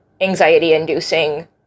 anxiety-inducing